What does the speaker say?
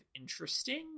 interesting